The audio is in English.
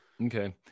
Okay